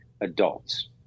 adults